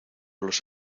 los